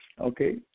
okay